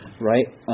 right